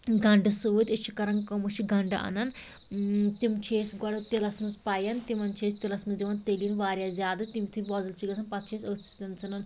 گنٛڈٕ سۭتۍ أسۍ چھِ کران کٲم أسۍ چھِ گنٛڈٕ انان تِم چھِ أسۍ گۄڈِ تِلَس مَنٛز پَیان تِمن چھِ أسۍ تِلَس مَنٛز دِوان تٔلِنۍ واریاہ زیادٕ تِم یُتھُے وۄزٕلۍ چھِ گَژھان پتہٕ چھِ أسۍ أتھۍ سۭتۍ ژھٕنان